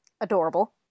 Adorable